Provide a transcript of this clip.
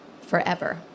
forever